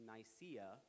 Nicaea